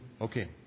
Okay